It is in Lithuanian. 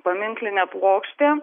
paminklinė plokštė